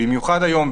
במיוחד היום,